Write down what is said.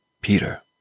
Peter